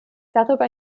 darüber